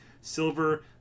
Silver